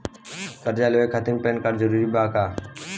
कर्जा लेवे खातिर पैन कार्ड जरूरी बा?